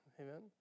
Amen